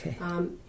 Okay